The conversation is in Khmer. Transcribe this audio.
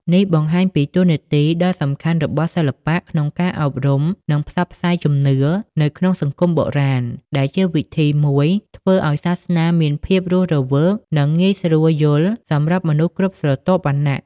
នេះបង្ហាញពីតួនាទីដ៏សំខាន់របស់សិល្បៈក្នុងការអប់រំ និងផ្សព្វផ្សាយជំនឿនៅក្នុងសង្គមបុរាណ ដែលជាវិធីមួយធ្វើឲ្យសាសនាមានភាពរស់រវើក និងងាយស្រួលយល់សម្រាប់មនុស្សគ្រប់ស្រទាប់វណ្ណៈ។